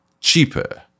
cheaper